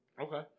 Okay